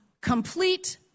complete